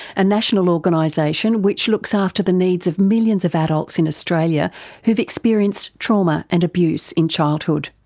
a national organisation which looks after the needs of millions of adults in australia who've experienced trauma and abuse in childhood.